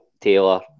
Taylor